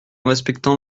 respectant